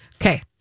Okay